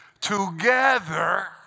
together